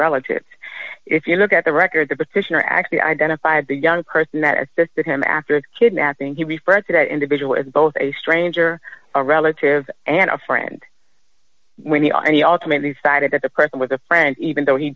relatives if you look at the record the petitioner actually identified the young person that assisted him after the kidnapping he referred to that individual as both a stranger a relative and a friend when he or any ultimately decided that the person was a friend even though he